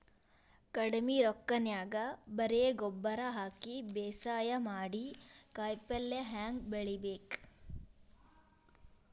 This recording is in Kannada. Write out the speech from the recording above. ಕಡಿಮಿ ರೊಕ್ಕನ್ಯಾಗ ಬರೇ ಗೊಬ್ಬರ ಹಾಕಿ ಬೇಸಾಯ ಮಾಡಿ, ಕಾಯಿಪಲ್ಯ ಹ್ಯಾಂಗ್ ಬೆಳಿಬೇಕ್?